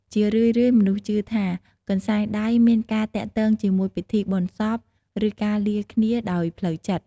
ជារឿយៗមនុស្សជឿថា កន្សែងដៃមានការទាក់ទងជាមួយពិធីបុណ្យសព ឬការលាគ្នាដោយផ្លូវចិត្ត។